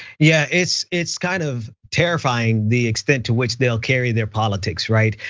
yeah, it's it's kind of terrifying, the extent to which they'll carry their politics, right?